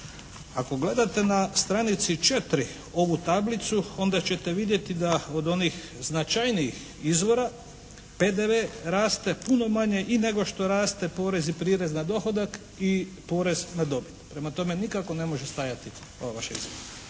Ako gledate na stranici 4 ovu tablicu onda ćete vidjeti da od onih značajnijih izvora PDV raste puno manje i nego što raste porez i prirez na dohodak i porez na dobit. Prema tome, nikako ne može stajati ova vaša izjava.